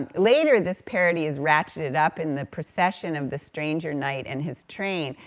and later, this parody is ratcheted up in the procession of the stranger knight and his train,